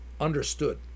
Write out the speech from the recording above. understood